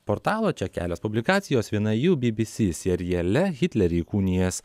portalo čia kelios publikacijos viena jų bbc seriale hitlerį įkūnijęs